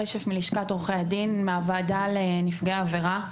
מלשכת עורכי הדין, הוועדה לנפגעי עבירה.